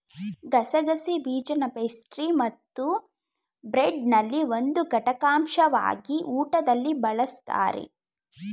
ಗಸಗಸೆ ಬೀಜನಪೇಸ್ಟ್ರಿಮತ್ತುಬ್ರೆಡ್ನಲ್ಲಿ ಒಂದು ಘಟಕಾಂಶವಾಗಿ ಊಟದಲ್ಲಿ ಬಳಸ್ತಾರೆ